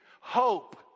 hope